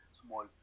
small